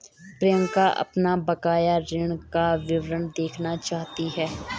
प्रियंका अपना बकाया ऋण का विवरण देखना चाहती है